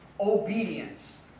obedience